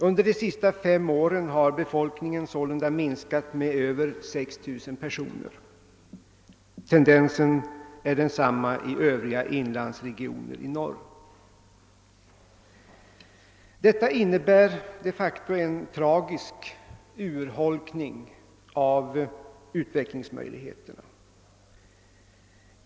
Under de sista fem åren har befolkningen sålunda minskat med över 6 000 personer. Tendensen är densamma i övriga inlandsregioner i norr. Detta innebär de facto en tragisk urholkning av utvecklingsmöjligheterna.